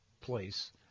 place